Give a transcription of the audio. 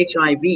hiv